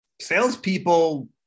salespeople